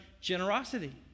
generosity